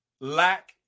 Lack